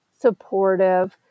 supportive